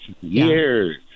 years